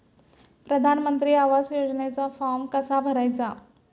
प्रधानमंत्री आवास योजनेचा फॉर्म कसा भरायचा?